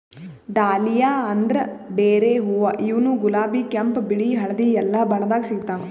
dahlia ಅಂದ್ರ ಡೇರೆ ಹೂವಾ ಇವ್ನು ಗುಲಾಬಿ ಕೆಂಪ್ ಬಿಳಿ ಹಳ್ದಿ ಎಲ್ಲಾ ಬಣ್ಣದಾಗ್ ಸಿಗ್ತಾವ್